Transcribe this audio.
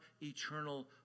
eternal